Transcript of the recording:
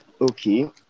okay